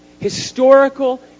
historical